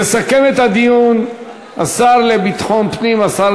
יסכם את הדיון השר לביטחון פנים, השר